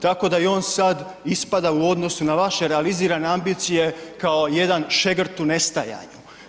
Tako da i on sad ispada u odnosu na vaše realizirane ambicije kao jedan šegrt u nestajanju.